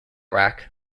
rack